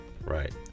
Right